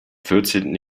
vierzehnten